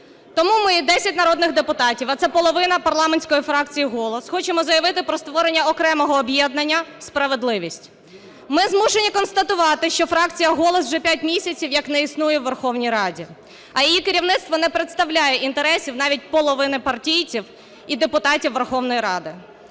Тому ми, десять народних депутатів, а це половина парламентської фракції "Голос", хочемо заявити про створення окремого об'єднання "Справедливість". Ми змушені констатувати, що фракція "Голос" вже 5 місяців як не існує у Верховній Раді, а її керівництво не представляє інтересів навіть половини партійців і депутатів Верховної Ради.